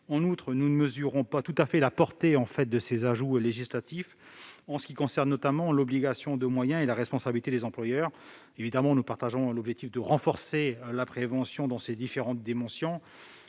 En outre, nous ne mesurons pas tout à fait la portée de ces ajouts législatifs, en ce qui concerne notamment l'obligation de moyens et la responsabilité des employeurs. Bien évidemment, nous partageons l'objectif de renforcer la prévention dans ses différentes dimensions,